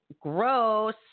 gross